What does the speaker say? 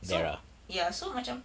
so ya so macam